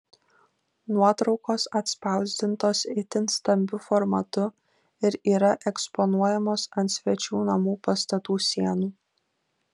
nuotraukos atspausdintos itin stambiu formatu ir yra eksponuojamos ant svečių namų pastatų sienų